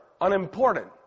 unimportant